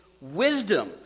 wisdom